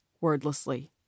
wordlessly